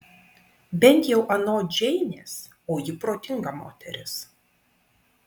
bent jau anot džeinės o ji protinga moteris